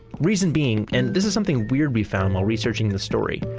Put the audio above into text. reason being, and this is something weird we found while researching the story,